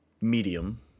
medium